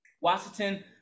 Washington